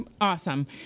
awesome